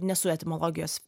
nesu etimologijos